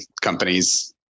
companies